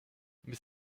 mais